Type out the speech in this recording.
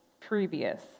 previous